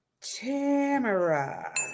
tamara